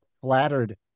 flattered